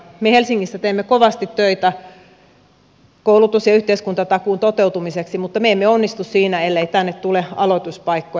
me helsingissä teemme kovasti töitä koulutus ja yhteiskuntatakuun toteutumiseksi mutta me emme onnistu siinä ellei tänne tule aloituspaikkoja